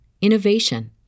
innovation